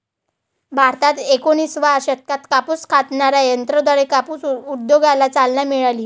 भारतात एकोणिसाव्या शतकात कापूस कातणाऱ्या यंत्राद्वारे कापूस उद्योगाला चालना मिळाली